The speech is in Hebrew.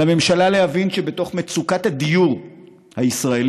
על הממשלה להבין שבתוך מצוקת הדיור הישראלית,